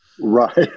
Right